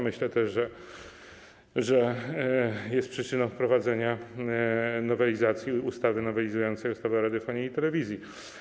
Myślę też, że jest przyczyną wprowadzenia nowelizacji, ustawy nowelizującej ustawę o radiofonii i telewizji.